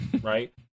Right